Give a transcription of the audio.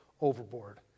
overboard